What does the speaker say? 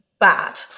bad